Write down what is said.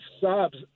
subs